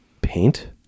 Paint